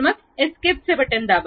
मग एस्केप चे बटण दाबा